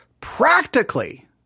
practically